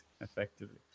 effectively